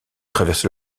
traverser